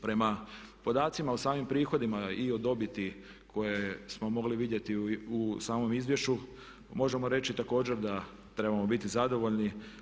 Prema podacima o samim prihodima i o dobiti koje smo mogli vidjeti u samom izvješću, možemo reći također da trebamo biti zadovoljni.